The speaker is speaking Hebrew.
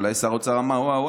אולי שר האוצר אמר: וואו,